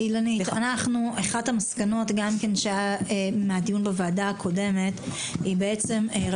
אחת המסקנות מן הדיון הקודם של הוועדה היא,